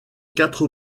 quatre